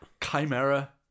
Chimera